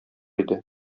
иде